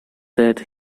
that